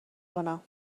کنم